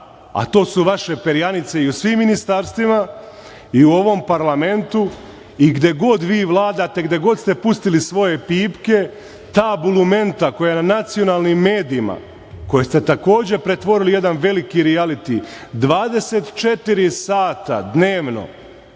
a to su vaše perjanice u svim ministarstvima i u ovom parlamentu i gde god vi vladate, gde god ste pustili svoje pipke, ta bulumenta, koja na nacionalnim medijima, koje ste takođe pretvorili u jedan veliki rijaliti, 24 sata dnevno,